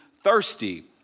thirsty